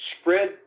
spread